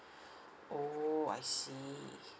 oh I see